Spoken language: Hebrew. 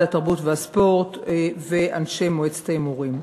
התרבות והספורט ואנשי מועצת ההימורים.